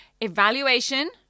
Evaluation